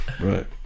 Right